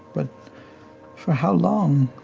but for how long?